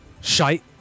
shite